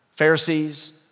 Pharisees